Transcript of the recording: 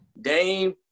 Dame